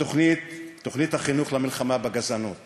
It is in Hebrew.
תוכנית החינוך למלחמה בגזענות.